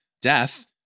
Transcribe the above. death